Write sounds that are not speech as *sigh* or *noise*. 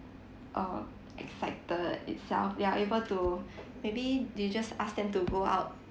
uh excited itself they are able to *breath* maybe you just ask them to go out